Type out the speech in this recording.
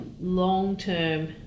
long-term